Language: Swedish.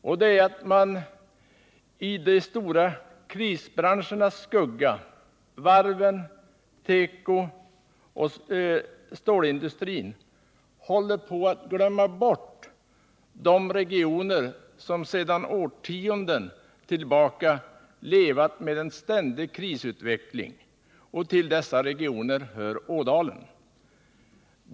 Och det är att man i de stora krisbranschernas skugga — varven, tekoindustrin och stålindustrin — håller på att glömma bort de regioner som sedan årtionden tillbaka levat med en ständig krisutveckling. Och till dessa regioner hör Ådalen.